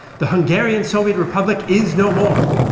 the hungarian soviet republic is no more,